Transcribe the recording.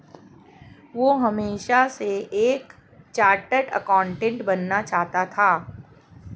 वह हमेशा से एक चार्टर्ड एकाउंटेंट बनना चाहता था